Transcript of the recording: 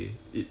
!wah!